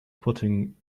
putting